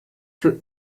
für